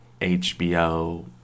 HBO